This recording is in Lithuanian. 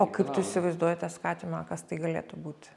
o kaip tu įsivaizduoji tą skatimą kas tai galėtų būt